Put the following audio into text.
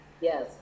Yes